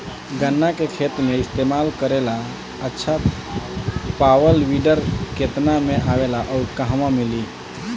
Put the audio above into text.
गन्ना के खेत में इस्तेमाल करेला अच्छा पावल वीडर केतना में आवेला अउर कहवा मिली?